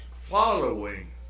following